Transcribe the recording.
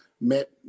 met